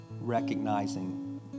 recognizing